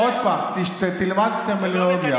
עוד פעם, תלמד טרמינולוגיה.